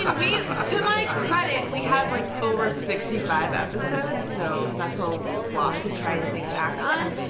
and we to my credit, we have like over sixty five episodes, so that's a lot to try and think back on.